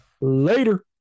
Later